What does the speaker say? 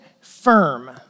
firm